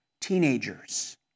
teenagers